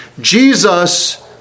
Jesus